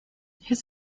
his